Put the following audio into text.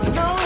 no